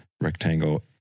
rectangle